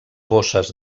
bosses